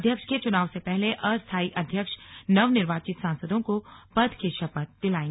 अध्यक्ष के चुनाव से पहले अस्थाई अध्यक्ष नवनिर्वाचित सांसदों को पद की शपथ दिलाएंगे